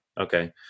Okay